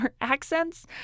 accents